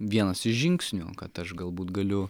vienas iš žingsnių kad aš galbūt galiu